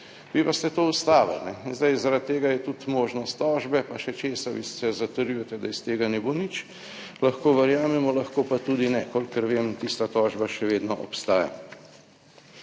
vi pa ste to ustavili. In zdaj zaradi tega je tudi možnost tožbe pa še česa vi vse zatrjujete, da iz tega ne bo nič, lahko verjamemo, lahko pa tudi ne. Kolikor vem, tista tožba še vedno obstaja